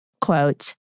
Quote